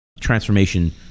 transformation